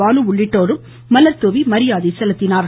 பாலு உள்ளிட்டோரும் மலர்தூவி மரியாதை செலுத்தினார்கள்